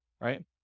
Right